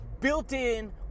built-in